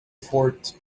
fort